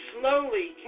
Slowly